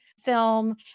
film